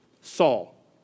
Saul